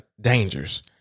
dangers